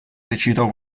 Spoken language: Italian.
recitò